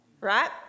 right